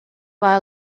buy